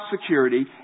security